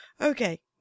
Okay